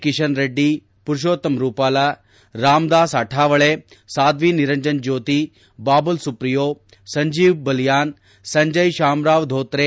Kishan Reddy Parshottam Rupala Ramdas Athawale Sadhvi Niranjan Jyoti Babul Supriyo Sanjeev Balyan Sanjay Shamrao Dhotre